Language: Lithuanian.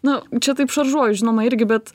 nu čia taip šaržuoju žinoma irgi bet